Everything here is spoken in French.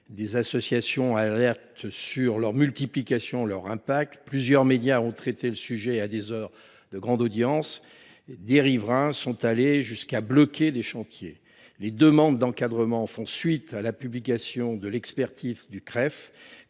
Des associations alertent sur leur multiplication et leur impact. Plusieurs médias ont traité le sujet à des heures de grande audience et des riverains sont allés jusqu’à bloquer des chantiers. Les demandes d’encadrement font suite à la publication de l’expertise CRREF